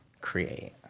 create